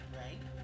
right